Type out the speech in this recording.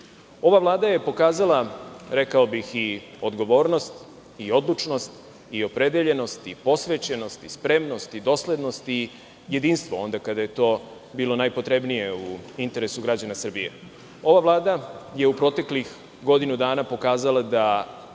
vlada pokazala je, rekao bih, i odgovornost i odlučnost i opredeljenost i posvećenost i spremnost i doslednost i jedinstvo onda kada je to bilo najpotrebnije u interesu građana Srbije. Ova vlada je u proteklih godinu dana pokazala da